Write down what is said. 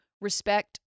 respect